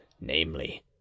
namely